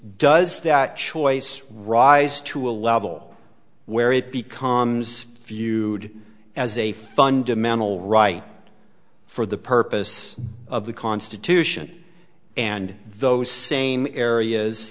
does that choice rise to a level where it becomes if you as a fundamental right for the purpose of the constitution and those same areas